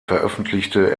veröffentlichte